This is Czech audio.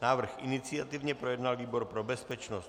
Návrh iniciativně projednal výbor pro bezpečnost.